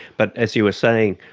but, as you were saying,